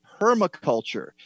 permaculture